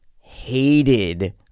hated